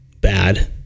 bad